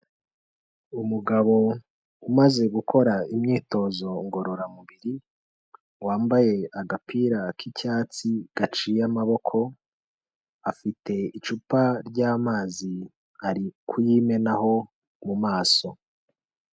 Umugabo umaze gukora imyitozo ngororamubiri, wambaye agapira k'icyatsi gaciye amaboko, afite icupa ry'amazi ari kuyimenaho mu maso.